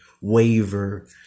waver